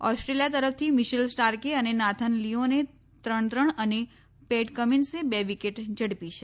Australia તરફથી Mitchell સ્ટાર્કે અને નાથન લિયોને ત્રણ ત્રણ અને પેટ કમિન્સે બે વિકેટ ઝડપી છે